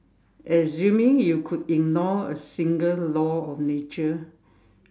assuming you could ignore a single law of nature